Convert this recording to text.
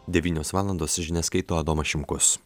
devynios valandos žinias skaito adomas šimkus